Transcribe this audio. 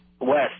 west